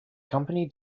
company